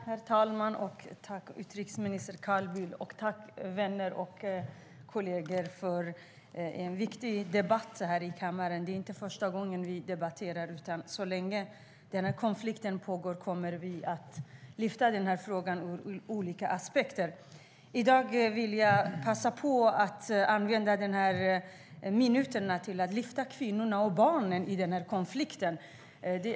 Herr talman! Jag tackar utrikesminister Carl Bildt, vänner och kolleger för en viktig debatt. Det är inte första gången vi debatterar detta, men så länge denna konflikt pågår kommer vi att lyfta upp olika aspekter av den. Jag vill använda mina minuter till att lyfta fram kvinnor och barn i denna konflikt.